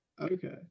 Okay